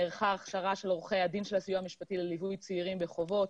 נערכה הכשרה של עורכי הדין של הסיוע המשפטי לליווי צעירים בחובות.